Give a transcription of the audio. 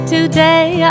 Today